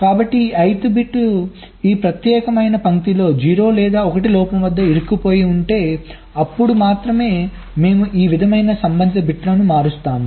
కాబట్టి ఈ I th bit ఈ ప్రత్యేకమైన పంక్తిలో 0 లేదా 1 లోపం వద్ద ఇరుక్కుపోయి ఉంటే అప్పుడు మాత్రమే మేము ఈ విధమైన సంబంధిత బిట్లను మారుస్తాము